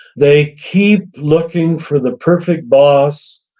they keep looking for the perfect boss,